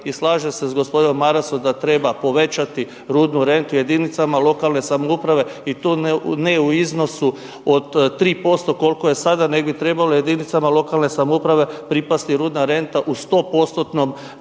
I slažem se s gospodinom Marasom da treba povećati rudnu rentu jedinica lokalne samouprave i to ne u iznosu od 3% koliko je sada nego bi trebalo jedinicama lokalne samouprave pripasti rudna renta u 100%-nom